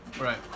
Right